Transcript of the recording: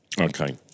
Okay